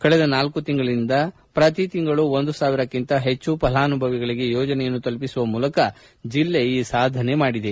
ಕಳೆದ ನಾಲ್ಕು ತಿಂಗಳಿಂದ ಪ್ರತಿ ತಿಂಗಳು ಒಂದು ಸಾವಿರಕ್ಕಿಂತ ಹೆಚ್ಚು ಫಲಾನುಭವಿಗಳಿಗೆ ಯೋಜನೆಯನ್ನು ತಲುಪಿಸುವ ಮೂಲಕ ಜಿಲ್ಲೆ ಈ ಸಾಧನೆ ಮಾಡಿದೆ